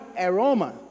aroma